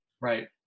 right